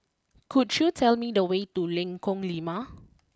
could you tell me the way to Lengkong Lima